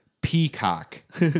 peacock